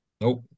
Nope